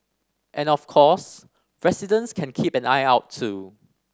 and of course residents can keep an eye out too